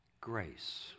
grace